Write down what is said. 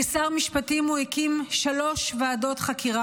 כשר משפטים הוא הקים שלוש ועדות חקירה